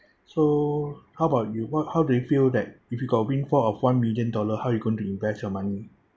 so how about you what how do you feel that if you got a windfall of one million dollar how are you going to invest your money